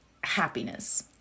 happiness